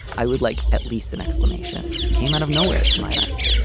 i would like at least an explanation. this came out of nowhere to my eyes.